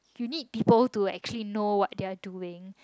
you need people actually know what they're doing